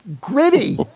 Gritty